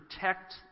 protect